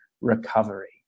recovery